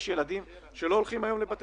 יש ילדים שלא הולכים היום לגנים